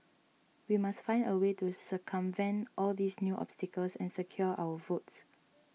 we must find a way to circumvent all these new obstacles and secure our votes